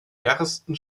ersten